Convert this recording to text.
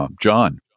John